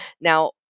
Now